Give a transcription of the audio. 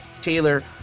Taylor